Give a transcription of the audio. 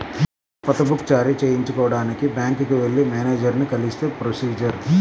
కొత్త cheque book జారీ చేయించుకోడానికి బ్యాంకుకి వెళ్లి మేనేజరుని కలిస్తే ప్రొసీజర్